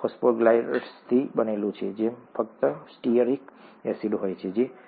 ફોસ્ફોગ્લિસરાઈડ્સથી બનેલું છે જેમાં ફક્ત સ્ટીઅરિક એસિડ હોય છે જે C18